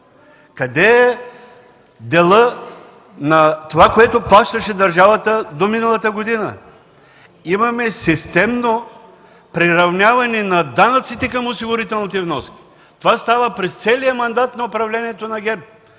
Къде е делът на това, което плащаше държавата до миналата година? Имаме системно приравняване на данъците към осигурителните вноски. Това става през целия мандат на управлението на ГЕРБ,